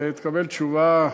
תקבל תשובה,